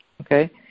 okay